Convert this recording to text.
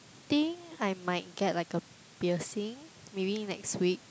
think I might get like a piercing maybe next week